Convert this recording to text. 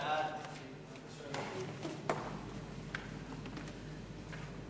ההצעה להעביר את הצעת חוק רשות השידור (תיקון מס' 22)